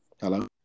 Hello